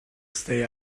stay